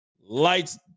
lights